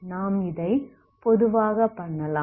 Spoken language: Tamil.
நாம் இதை பொதுவாக பண்ணலாம்